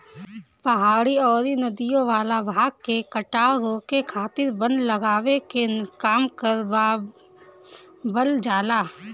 पहाड़ी अउरी नदियों वाला भाग में कटाव रोके खातिर वन लगावे के काम करवावल जाला